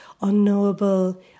unknowable